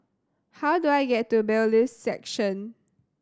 how do I get to Bailiffs' Section